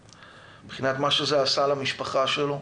מבחינת מה שזה עשה למשפחה שלו.